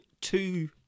two